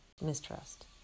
mistrust